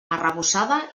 arrebossada